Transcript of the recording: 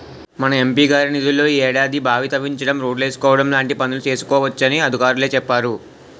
మన ఎం.పి గారి నిధుల్లో ఈ ఏడాది బావి తవ్వించడం, రోడ్లేసుకోవడం లాంటి పనులు చేసుకోవచ్చునని అధికారులే చెప్పేరు